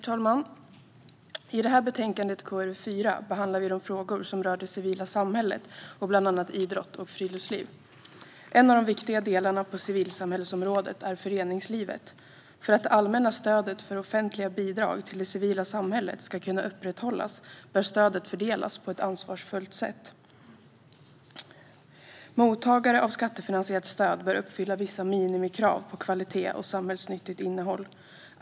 Herr talman! I det här betänkandet, KrU4, behandlar vi de frågor som rör det civila samhället och bland annat idrott och friluftsliv. En av de viktiga delarna på civilsamhällesområdet är föreningslivet. För att det allmänna stödet för offentliga bidrag till det civila samhället ska kunna upprätthållas bör stödet fördelas på ett ansvarsfullt sätt. Mottagare av skattefinansierat stöd bör uppfylla vissa minimikrav på kvalitet och samhällsnyttigt innehåll.